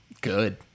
good